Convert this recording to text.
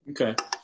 Okay